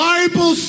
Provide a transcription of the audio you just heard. Bible